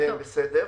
בסדר.